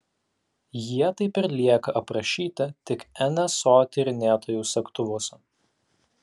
jie taip ir lieka aprašyti tik nso tyrinėtojų segtuvuose